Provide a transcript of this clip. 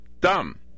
dumb